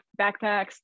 Backpacks